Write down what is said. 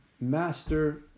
master